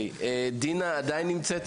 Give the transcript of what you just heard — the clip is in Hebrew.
דינה, עדיין נמצאת